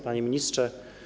Panie Ministrze!